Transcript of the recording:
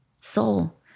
Soul